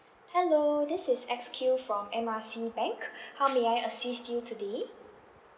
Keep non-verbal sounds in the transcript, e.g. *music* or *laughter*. hello this is X Q from M R C bank *breath* how may I assist you today